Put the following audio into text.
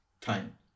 time